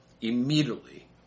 Immediately